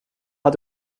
hat